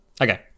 Okay